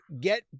get